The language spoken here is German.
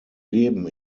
leben